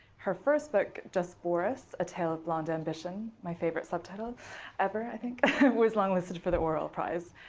her first book, just boris a tale of blond ambition my favorite subtitle ever, i think was long-listed for the orwell prize.